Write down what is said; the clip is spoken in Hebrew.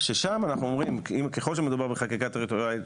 ששם אנחנו אומרים שככל שמדובר בחקיקה טריטוריאלית